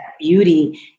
beauty